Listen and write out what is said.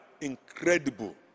incredible